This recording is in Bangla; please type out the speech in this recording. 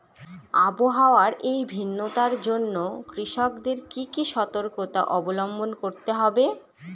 আবহাওয়ার এই ভিন্নতার জন্য কৃষকদের কি কি সর্তকতা অবলম্বন করতে হবে?